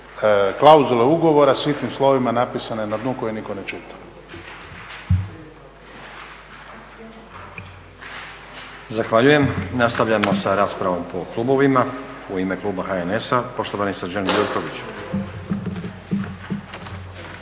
klauzule ugovora sitnim slovima napisane na dnu koje nitko ne čita.